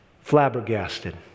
flabbergasted